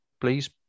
please